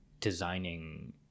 designing